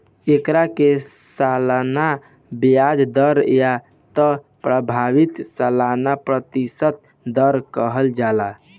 एकरा के सालाना ब्याज दर या त प्रभावी सालाना प्रतिशत दर कहल जाला